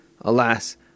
Alas